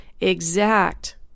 exact